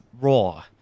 raw